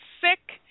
sick